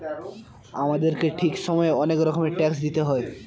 আমাদেরকে ঠিক সময়ে অনেক রকমের ট্যাক্স দিতে হয়